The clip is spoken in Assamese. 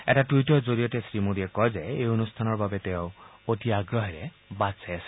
এটা টুইটৰ জৰিয়তে শ্ৰীমোডীয়ে কয় যে এই অনুষ্ঠানৰ বাবে তেওঁ অতি আগ্ৰহেৰে বাট চাই আছে